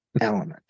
element